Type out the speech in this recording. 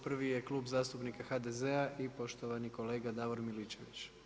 Prvi je Klub zastupnika HDZ-a i poštovani kolega Davor Miličević.